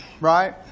Right